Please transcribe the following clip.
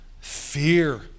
fear